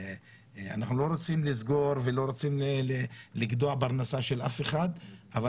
אנחנו לא רוצים לסגור ולא רוצים לגדוע פרנסה של אף אחד אבל